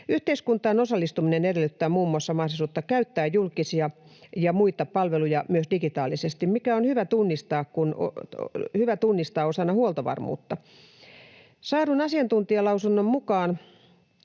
Yhteiskuntaan osallistuminen edellyttää muun muassa mahdollisuutta käyttää julkisia ja muita palveluja myös digitaalisesti, mikä on hyvä tunnistaa osana huoltovarmuutta. Saadun asiantuntijalausunnon mukaan